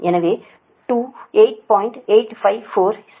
எனவே 2 8